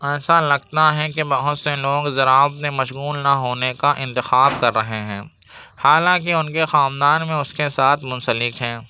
ایسا لگتا ہے کہ بہت سے لوگ زراعت میں مشغول نہ ہونے کا انتخاب کر رہے ہیں حالانکہ ان کے خاندان میں اس کے ساتھ منسلک ہیں